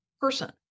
person